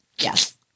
Yes